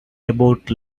about